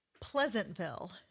Pleasantville